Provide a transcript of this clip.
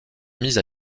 mis